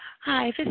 Hi